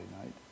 night